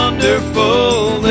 Wonderful